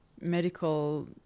medical